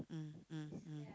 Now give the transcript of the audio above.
mm mm mm